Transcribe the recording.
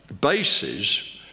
bases